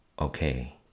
okay